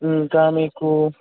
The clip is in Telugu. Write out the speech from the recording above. ఇంకా మీకు